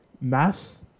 math